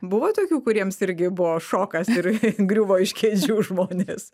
buvo tokių kuriems irgi buvo šokas ir griuvo iš kėdžių žmonės